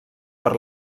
per